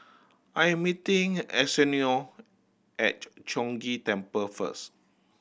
I'm meeting Arsenio at Chong Ghee Temple first